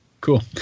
Cool